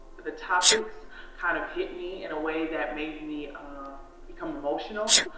the topics kind of hit me in a way that made me become emotional,